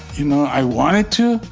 you know, i wanted to,